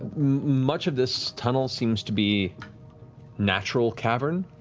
much of this tunnel seems to be natural cavern,